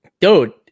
dude